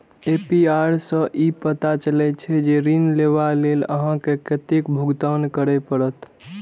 APR सं ई पता चलै छै, जे ऋण लेबा लेल अहां के कतेक भुगतान करय पड़त